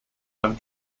have